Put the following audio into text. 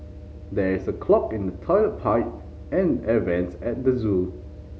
there is a clog in the toilet pipe and the air vents at the zoo